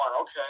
Okay